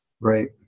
Right